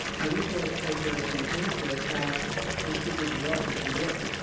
i used eric's paper as an example of how distributed development could work,